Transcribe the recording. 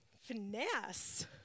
Finesse